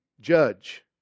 judge